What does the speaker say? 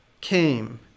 came